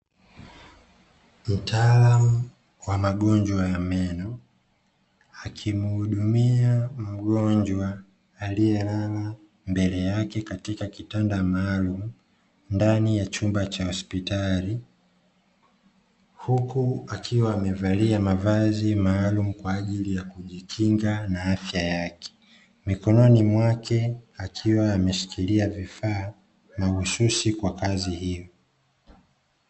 Mtaalamu wa magonjwa ya meno akimuhudumia mgonjwa aliyelala mbele yake katika kitanda maalumu ndani ya chumba cha hospitali huku akiwa amevalia mavazi maalumu kwaajili yakujikinga na afya yake, mikononi mwake akiwa ameshikira vifaa mahususi kwa kazi hio.